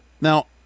Now